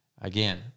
Again